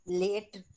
late